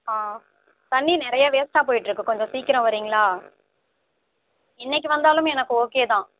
ஆ தண்ணி நிறையா வேஸ்ட்டாக போய்ட்டுருக்கு கொஞ்சம் சீக்கிரோம் வரிங்ளா இன்னைக்கு வந்தாலும் எனக்கு ஓகே தான்